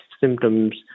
symptoms